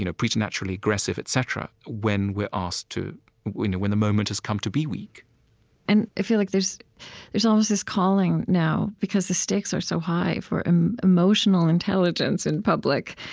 you know preternaturally aggressive, etc when we're asked to when when the moment has come to be weak and i feel like there's there's almost this calling now because the stakes are so high for emotional intelligence in public,